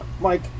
Mike